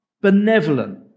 benevolent